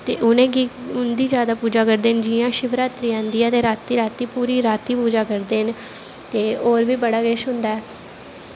ते उँदा जादा पूज़ा करदे न जियां शिवरात्री आंदी ऐ ते रातीं राती पूरी रांती पूजा करदे न ते होर बी बड़ा किश होंदा ऐ